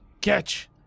catch